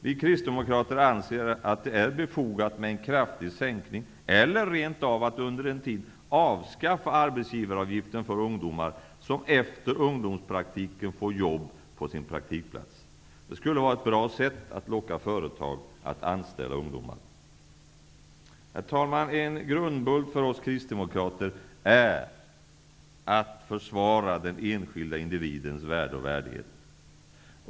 Vi kristdemokrater anser att det är befogat med en kraftig sänkning av, eller rent av att under en tid avskaffa, arbetsgivaravgiften för ungdomar som efter ungdomspraktiken får jobb på sin praktikplats. Det skulle vara ett bra sätt att locka företag att anställa ungdomar. Herr talman! En grundbult för oss kristdemokrater är att försvara den enskilda individens värde och värdighet.